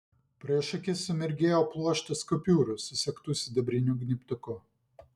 prieš akis sumirgėjo pluoštas kupiūrų susegtų sidabriniu gnybtuku